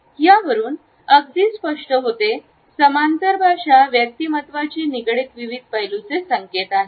यावरून अगदी स्पष्ट होते समांतर भाषा व्यक्तिमत्वाची निगडीत विविध पैलूंचे संकेत आहे